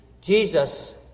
Jesus